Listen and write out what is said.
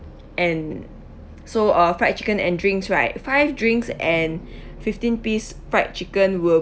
and so uh fried chicken and drinks right five drinks and fifteen piece fried chicken will